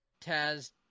Taz